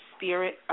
spirit